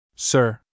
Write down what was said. Sir